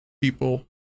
people